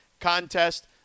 contest